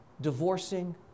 divorcing